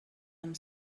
amb